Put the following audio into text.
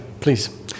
please